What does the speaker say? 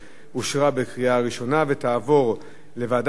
אושרה בקריאה ראשונה ותעבור לוועדת המדע